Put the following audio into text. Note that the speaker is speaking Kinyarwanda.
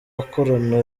bakorana